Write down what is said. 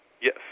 Yes